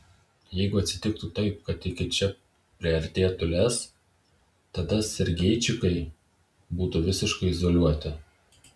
jeigu atsitiktų taip kad iki čia priartėtų lez tada sergeičikai būtų visiškai izoliuoti